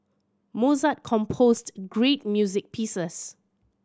Mozart composed great music pieces